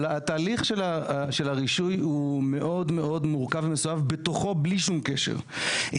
אבל התהליך של הרישוי הוא מאוד מורכב ומסועף בתוכו בלי שום קשר.